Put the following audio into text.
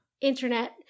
Internet